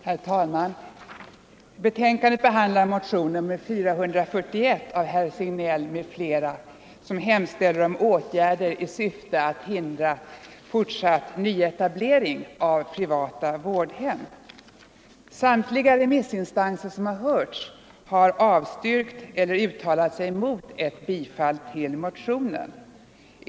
Herr talman! Betänkandet behandlar motionen 441 av herr Signell m.fl., som hemställer om åtgärder i syfte att hindra fortsatt nyetablering av privata vårdhem. Samtliga remissinstanser som har hörts avstyrker eller uttalar sig mot ett bifall till motionen.